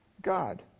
God